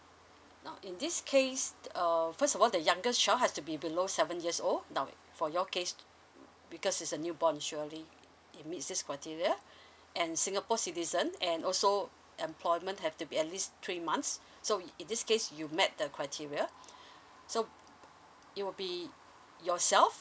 now in this case err first of all the youngest child has to be below seven years old now for your case because it's a new born surely it meets this criteria and singapore citizen and also employment have to be at least three months so in this case you met the criteria so it will be yourself